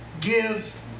gives